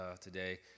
today